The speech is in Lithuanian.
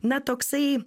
na toksai